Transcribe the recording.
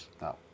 No